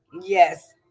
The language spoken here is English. yes